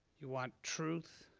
you want truth,